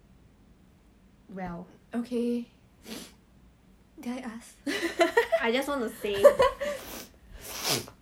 有 cause you look younger than your age you look younger than eighteen then I think you even if you all like